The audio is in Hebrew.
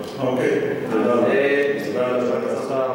אני מתכוונת להמשיך בנושא.